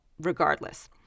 regardless